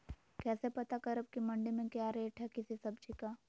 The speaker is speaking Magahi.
कैसे पता करब की मंडी में क्या रेट है किसी सब्जी का?